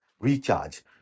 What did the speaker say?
recharge